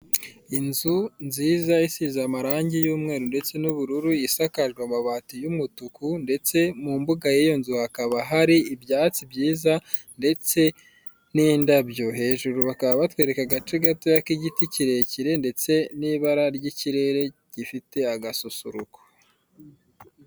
Inzu nziza isize amarange y'umweru ndetse n'ubururu, isakajwe amabati y'umutuku ndetse mu mbuga y'iyo nzu hakaba hari ibyatsi byiza ndetse n'indabyo. Hejuru bakaba batwereka agace gatoya k'igiti kirekire ndetse n'ibara ry'ikirere gifite agasusuruko.